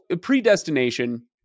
predestination